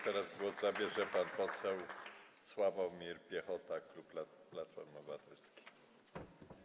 Teraz głos zabierze pan poseł Sławomir Piechota, klub Platformy Obywatelskiej.